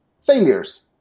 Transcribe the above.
failures